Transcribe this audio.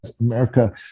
America